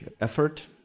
effort